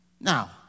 Now